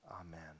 Amen